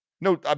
No